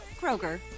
Kroger